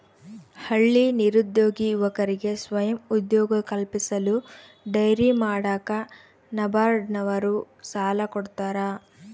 ಹಳ್ಳಿ ನಿರುದ್ಯೋಗಿ ಯುವಕರಿಗೆ ಸ್ವಯಂ ಉದ್ಯೋಗ ಕಲ್ಪಿಸಲು ಡೈರಿ ಮಾಡಾಕ ನಬಾರ್ಡ ನವರು ಸಾಲ ಕೊಡ್ತಾರ